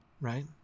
right